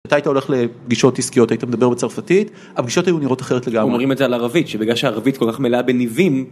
אתה הייתה הולך לפגישות עסקיות, היית מדבר בצרפתית, הפגישות היו נראות אחרת לגמרי. אומרים את זה על ערבית, שבגלל שהערבית כל כך מלאה בניבים.